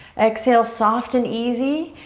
exhale, soft and easy.